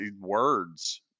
words